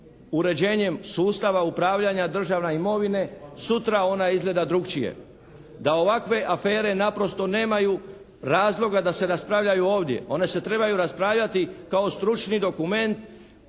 uređenjem sustava upravljanja državne imovine sutra ona izgleda drukčije, da ovakve afere naprosto nemaju razloga da se raspravljaju ovdje. One se trebaju raspravljati kao stručni dokument